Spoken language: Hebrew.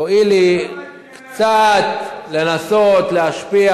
תואילי קצת לנסות, למה